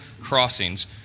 crossings